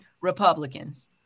Republicans